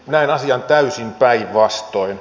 näen asian täysin päinvastoin